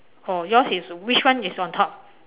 oh yours is which one is on top